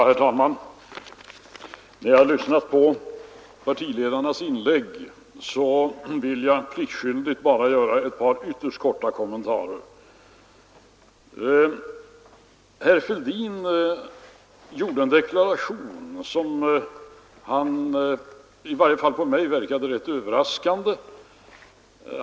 Herr talman! Efter att ha lyssnat på partiledarnas inlägg vill jag nu pliktskyldigt göra ett par ytterst korta kommentarer. Herr Fälldin gjorde en deklaration som i varje fall på mig verkade rätt överraskande.